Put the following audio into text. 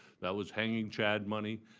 that was hanging chad money.